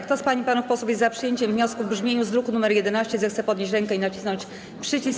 Kto z pań i panów posłów jest za przyjęciem wniosku w brzmieniu z druku nr 11, zechce podnieść rękę i nacisnąć przycisk.